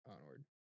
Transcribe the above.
Onward